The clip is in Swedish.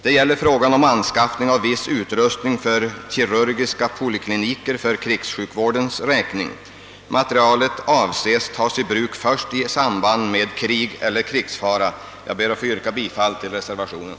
Det gäller frågan om anskaffning av viss utrustning för kirurgiska polikliniker för krigssjukvårdens räkning. Materialet avses tas i bruk först i samband med krig eller krigsfara. Jag ber att få yrka bifall till reservationen.